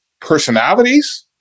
personalities